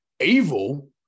evil